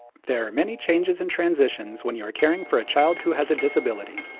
there are many changes and transitions when you're caring for a child who has a disability.